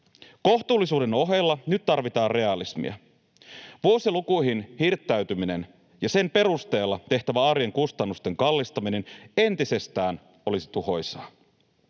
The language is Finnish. Kohtuullisuuden ohella nyt tarvitaan realismia. Vuosilukuihin hirttäytyminen ja sen perusteella tehtävä arjen kustannusten kallistaminen entisestään olisi tuhoisaa.